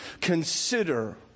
consider